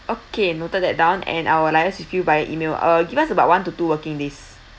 okay noted that down and I will liaise with you via email uh give us about one to two working days